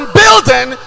building